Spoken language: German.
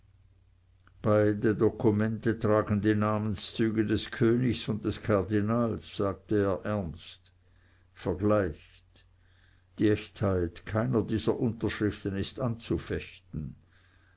beide dokumente tragen die namenszüge des königs und des kardinals sagte er ernst vergleicht die echtheit keiner dieser unterschriften ist anzufechten